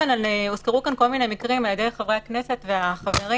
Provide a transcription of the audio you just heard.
הוזכרו כאן כל מיני מקרים על ידי חברי הכנסת והחברים,